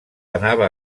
anava